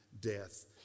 death